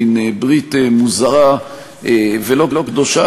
מין ברית מוזרה ולא קדושה,